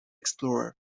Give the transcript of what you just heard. explorer